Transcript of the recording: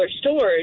stores